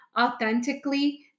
authentically